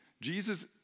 Jesus